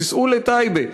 תיסעו לטייבה,